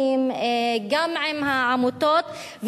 גם עם מומחים וגם עם העמותות,